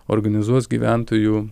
organizuos gyventojų